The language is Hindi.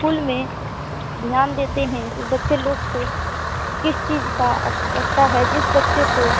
इस्कूल में ध्यान देते हैं जो बच्चे लोग को किस चीज़ की आवश्यकता है जिस बच्चे को